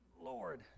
Lord